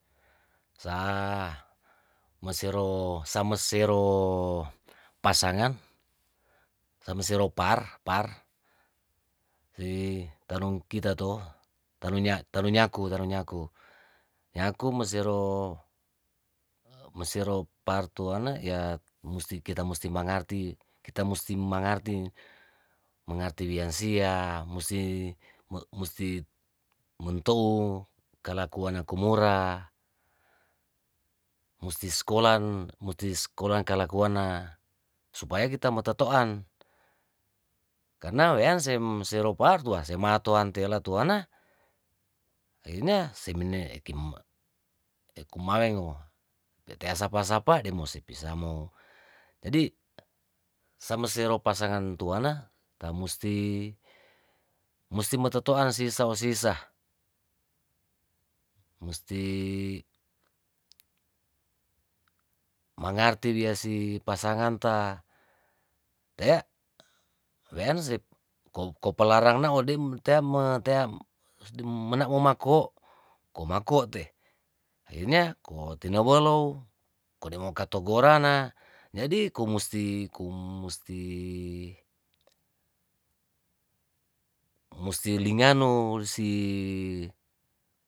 Sa mosero samesero pasangan samasero par, par hee tanong kitato tanongnya' tanong nyaku, tanong nyaku. nyaku mesero mosero par toane ya musti kita musti mangarti kita musti mangarti mangarti dian sia musti, mu musti mentou kalakuan nakumura, musti skolan musti skolan kalakuan na supaya kita mo totoan karna wayan sero par tua sematoan tela tuana akhirnya semine ekim ekumarengwa teta sapa sapa dea mosepisa mo jadi samasero pasangan tuana tamusti musti mo totoan sisa o sisa musti mangarti lia si pasangan ta tea wayanse kopalarangna ode' mntea me tea mene' momako komako te akhirnya ko tinawelow kode mo katogorana jadi kumusti kumusti musti linganu si.